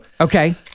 Okay